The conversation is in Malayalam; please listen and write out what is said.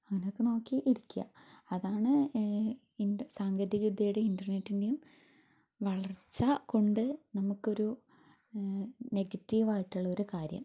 അങ്ങനൊക്കെ നോക്കി ഇരിക്കുക അതാണ് ഇതിന്റെ സാങ്കേതിക വിദ്യയുടേയും ഇന്റർനെറ്റിന്റേയും വളർച്ചകൊണ്ട് നമുക്കൊരു നെഗറ്റീവ് ആയിട്ടുള്ള ഒരു കാര്യം